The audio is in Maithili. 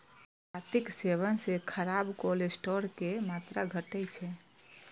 नाशपातीक सेवन सं खराब कोलेस्ट्रॉल के मात्रा घटै छै